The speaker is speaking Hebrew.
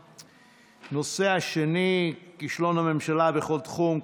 הנושא השני: כישלון הממשלה בכל תחום,